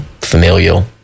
familial